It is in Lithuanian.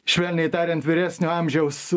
švelniai tariant vyresnio amžiaus